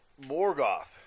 Morgoth